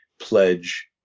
Pledge